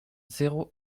zéro